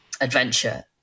adventure